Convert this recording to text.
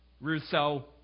Rousseau